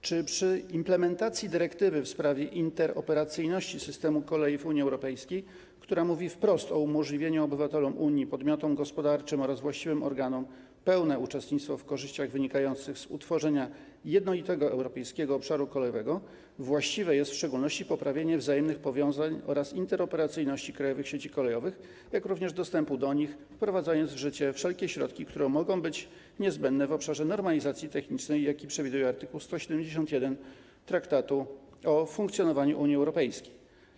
Czy przy implementacji dyrektywy w sprawie interoperacyjności systemu kolei w Unii Europejskiej, która mówi wprost o umożliwieniu obywatelom Unii, podmiotom gospodarczym oraz właściwym organom pełnego uczestnictwa w korzyściach wynikających z utworzenia jednolitego europejskiego obszaru kolejowego, właściwe jest w szczególności poprawienie wzajemnych powiązań oraz interoperacyjności krajowych sieci kolejowych, jak również dostępu do nich, wprowadzając w życie wszelkie środki, które mogą być niezbędne w obszarze normalizacji technicznej, co przewiduje art. 171 Traktatu o funkcjonowaniu Unii Europejskiej?